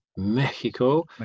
mexico